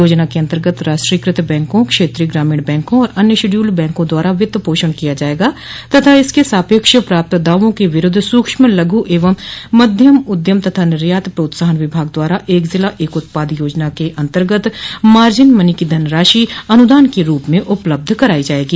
योजना के अन्तर्गत राष्ट्रीयकृत बैंकों क्षत्रीय ग्रामीण बैंकों और अन्य शेडयूल्ड बैंकों द्वारा वित्त पोषण किया जायेगा तथा इसके सापेक्ष प्राप्त दावों के विरूद्ध सूक्ष्म लघु एवं मध्यम उद्यम तथा निर्यात प्रोत्साहन विभाग द्वारा एक जिला एक उत्पाद योजना के अन्तर्गत मार्जिन मनी की धनराशि अनुदान के रूप में उपलब्ध कराई जायेगी